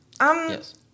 Yes